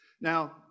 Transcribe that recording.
Now